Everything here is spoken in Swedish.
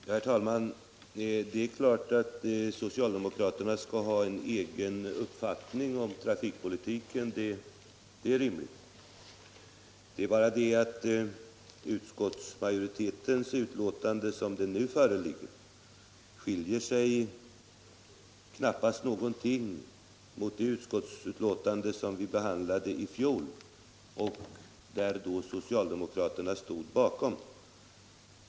Herr talman! Ingen ifrågasätter väl socialdemokraternas rätt att ha en egen uppfattning om trafikpolitiken. Det underliga är bara att utskottets betänkande, såsom det nu föreligger, knappast alls skiljer sig från det utskottsbetänkande som vi behandlade i fjol och som socialdemokraterna då stod bakom.